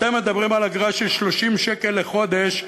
אתם מדברים על אגרה של 30 שקל לחודש,